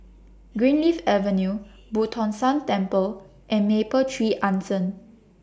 Greenleaf Avenue Boo Tong San Temple and Mapletree Anson